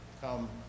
Come